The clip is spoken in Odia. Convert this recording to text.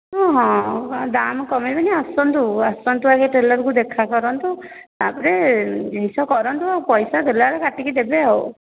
ହଁ ଦାମ୍ କମେଇବିନି ଆସନ୍ତୁ ଆସନ୍ତୁ ଆଗେ ଟେଲର୍କୁ ଦେଖା କରନ୍ତୁ ତା'ପରେ ଜିନିଷ କରନ୍ତୁ ଆଉ ପଇସା ଦେଲାବେଳେ କାଟିକି ଦେବେ ଆଉ